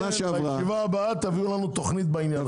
בישיבה הבאה תנו לנו תוכנית בעניין הזה.